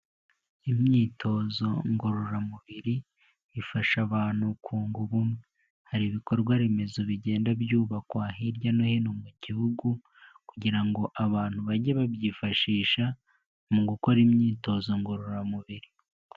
Imyitozo ngororamubiri ifasha abantu kunga ubumwe. Hari ibikorwaremezo bigenda byubakwa hirya no hino mu gihugu kugira ngo abantu bajyende babyifashisha mu gukora imyitozo ngororamubiri.